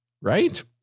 Right